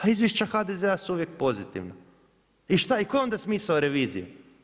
A izvješća HDZ-a su uvijek pozitivna, i šta, koja je onda smisao revizije?